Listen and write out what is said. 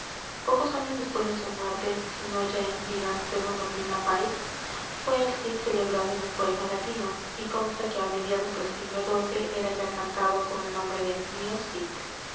pocos años después de su muerte si no ya en vida según opina baist fué el cid celebrado en un poema latino y consta que á mediados del siglo xii era ya cantado con el nombre de mio